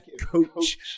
coach